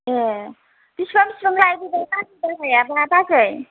ए बिसिबां बिसिबां लायो बेबा गारि भारायाबा बाजै